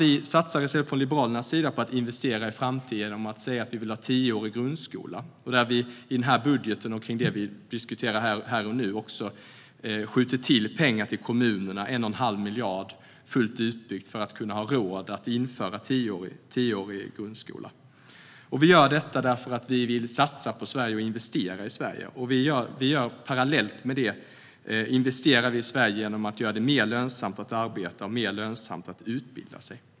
Vi satsar från Liberalernas sida i stället på att investera i framtiden genom att säga att vi vill ha tioårig grundskola. I denna budget och till det vi diskuterar här och nu skjuter vi också till pengar till kommunerna. Det är 1 1⁄2 miljard fullt utbyggt för att vi ska kunna ha råd att införa tioårig grundskola. Vi gör detta för att vi vill satsa på Sverige och investera i Sverige. Parallellt med det investerar vi i Sverige genom att göra det mer lönsamt att arbeta och utbilda sig.